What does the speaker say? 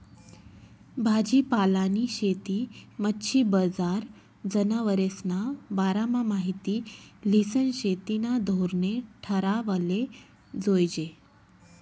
भाजीपालानी शेती, मच्छी बजार, जनावरेस्ना बारामा माहिती ल्हिसन शेतीना धोरणे ठरावाले जोयजे